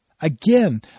Again